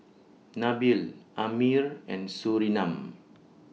Nabil Ammir and Surinam